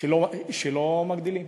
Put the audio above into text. שלא מגדילים.